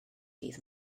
dydd